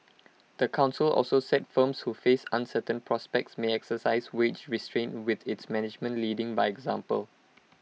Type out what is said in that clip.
the Council also said firms who face uncertain prospects may exercise wage restraint with its management leading by example